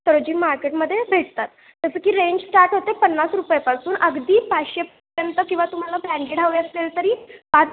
सरोजिनी मार्केटमध्ये भेटतात जसं की रेंज स्टार्ट होते पन्नास रुपयापासून अगदी पाचशेपर्यंत किंवा तुम्हाला ब्रँडेड हवे असेल तरी पाच